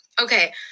Okay